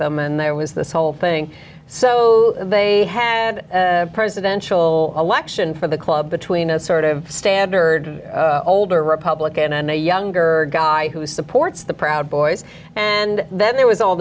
them and there was this whole thing so they had a presidential election for the club between a sort of standard older republican and a younger guy who supports the proud boys and then there was all